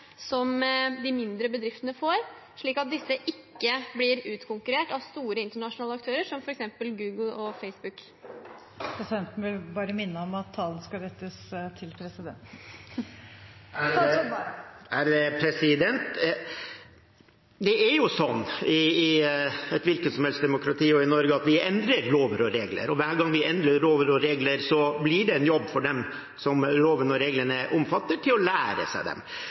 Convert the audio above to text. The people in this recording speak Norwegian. de mindre bedriftene får, slik at disse ikke blir utkonkurrert av store internasjonale aktører, som f.eks. Google og Facebook? Presidenten vil minne om at talen skal rettes til presidenten. I et hvilket som helst demokrati – og i Norge – endrer vi lover og regler, og hver gang vi endrer lover og regler, blir det en jobb for dem som lovene og reglene omfatter, å lære seg dem.